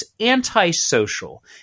antisocial